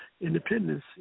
independence